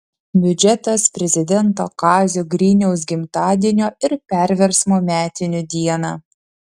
biudžetas prezidento kazio griniaus gimtadienio ir perversmo metinių dieną